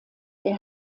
der